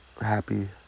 happy